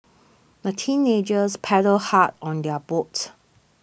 the teenagers paddled hard on their boat